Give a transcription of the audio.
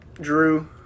drew